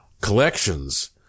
collections